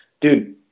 Dude